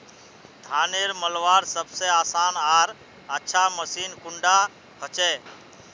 धानेर मलवार सबसे आसान आर अच्छा मशीन कुन डा होचए?